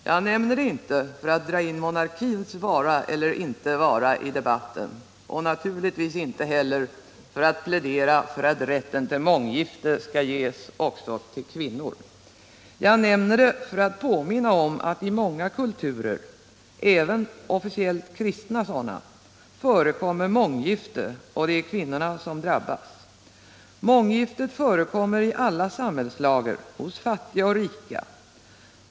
Jag nämner inte detta för att dra in monarkins vara eller inte vara i debatten och naturligtvis inte heller för att plädera för att rätten till månggifte skall ges också åt kvinnor. Jag nämner det för att påminna om att i många kulturer — även officiellt kristna sådana —- förekommer månggifte, och det är kvinnorna som drabbas. Månggiftet förekommer i alla samhällslager, hos fattiga och rika.